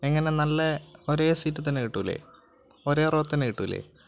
എങ്ങനെ നല്ല ഒരേ സീറ്റ് തന്നെ കിട്ടില്ലേ ഒരേ റോ തന്നെ കിട്ടില്ലേ